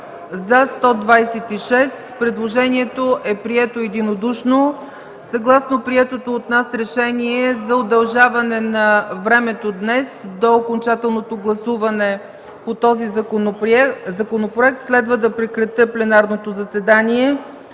няма. Предложението е прието единодушно. Съгласно приетото от нас решение за удължаване на времето днес до окончателното гласуване на този законопроект, следва да прекратя пленарното заседание.